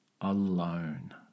alone